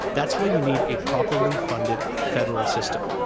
that's why you need a pr operly funded federal system.